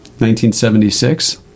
1976